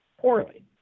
poorly